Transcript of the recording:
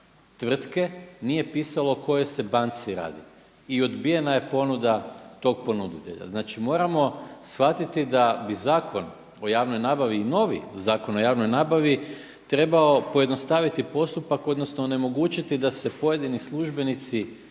tvrtke nije pisalo o kojoj se banci radi i odbijena je ponuda tog ponuditelja. Znači moramo shvatiti da bi Zakon o javnoj nabavi i novi Zakon o javnoj nabavi trebao pojednostaviti postupak, odnosno onemogućiti da se pojedini službenici